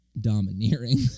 domineering